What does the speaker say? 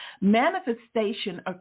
manifestation